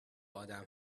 آدم